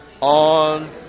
on